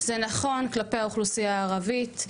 זה נכון כלפי האוכלוסייה הערבית,